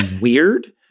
weird